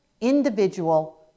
individual